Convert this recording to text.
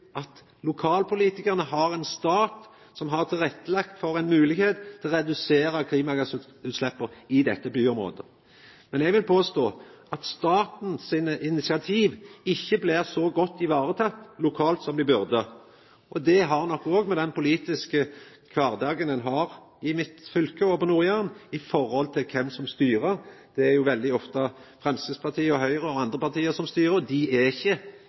at lokalpolitikarane har ein stat som har lagt til rette for ei moglegheit for å redusera klimagassutsleppa i dette byområdet. Men eg vil påstå at staten sine initiativ ikkje er så godt varetekne lokalt som dei burde bli. Det har nok òg å gjera med den politiske kvardagen ein har i mitt fylke og på Nord-Jæren i forhold til kven som styrer. Det er veldig ofte Framstegspartiet og Høgre og andre parti som styrer. Dei er ikkje